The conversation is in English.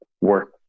work